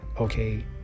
okay